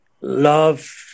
love